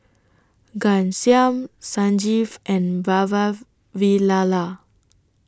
Ghanshyam Sanjeev and Vavilala